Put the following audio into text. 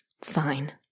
Fine